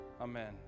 Amen